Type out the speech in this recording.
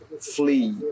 flee